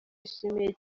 yishimiye